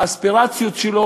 האספירציות שלו,